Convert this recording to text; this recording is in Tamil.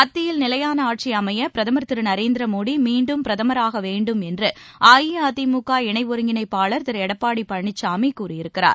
மத்தியில் நிலையான ஆட்சி அமைய பிரதமர் திரு நரேந்திர மோடி மீண்டும் பிரதமராக வேண்டும் என்று அஇஅதிமுக இணை ஒருங்கிணைப்பாளர் திரு எடப்பாடி பழனிசாமி கூறியிருக்கிறார்